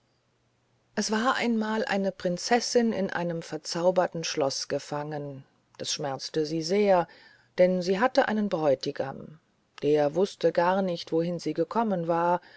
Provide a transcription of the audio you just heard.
es war einmal eine prinzessin in einem verzauberten schlosse gefangen das schmerzte sie sehr denn sie hatte einen bräutigam der wußte gar nicht wohin sie gekommen war